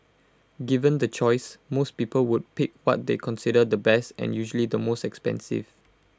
given the choice most people would pick what they consider the best and usually the most expensive